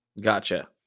Gotcha